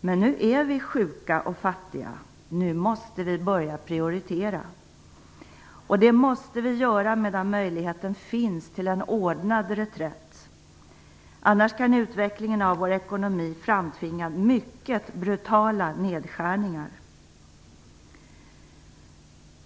Men nu är vi sjuka och fattiga. Nu måste vi börja att prioritera. Och det måste vi göra medan möjligheten finns till en ordnad reträtt. Annars kan utvecklingen av vår ekonomi framtvinga mycket brutala nedskärningar.